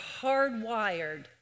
hardwired